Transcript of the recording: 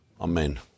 Amen